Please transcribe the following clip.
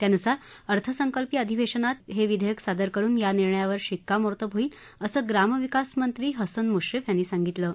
त्यानुसार अर्थसंकल्पीय अधिवेशनात या विधेयक सादर करून या निर्णयावर शिक्कामोर्तब होईल असं ग्रामविकास मंत्री हसन मुश्रीम यांनी सांगितलं आहे